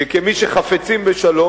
שכמי שחפצים בשלום,